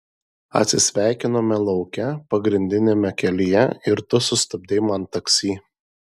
atsisveikinome lauke pagrindiniame kelyje ir tu sustabdei man taksi